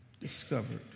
discovered